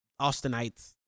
Austinites